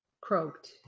Croaked